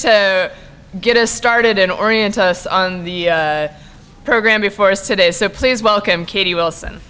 to get us started in oriental on the program before us today so please welcome katie wilson